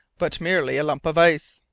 but merely a lump of ice.